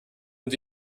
und